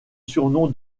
surnom